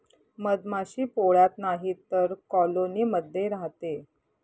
मधमाशी पोळ्यात नाहीतर कॉलोनी मध्ये राहते